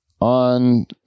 on